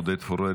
עודד פורר,